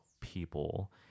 people